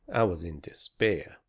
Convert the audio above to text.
i was in despair.